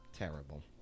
Terrible